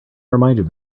reminded